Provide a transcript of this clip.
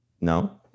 No